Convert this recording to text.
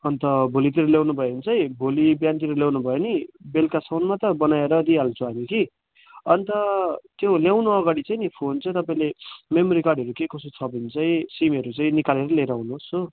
अन्त भोलितिर ल्याउनुभयो भने चाहिँ भोलि बिहानतिर ल्याउनुभयो भने बेलुकासम्म त बनाएर दिइहाल्छौँ हामी कि अन्त त्यो ल्याउन अगाडि चाहिँ नि फोन चाहिँ तपाईँले मेमोरी कार्डहरू के कसो छ भने चाहिँ सिमहरू चाहिँ निकालेर लिएर आउनुहोस् हो